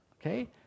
Okay